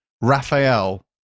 Raphael